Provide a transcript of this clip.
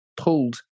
pulled